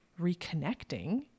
reconnecting